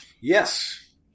Yes